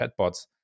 chatbots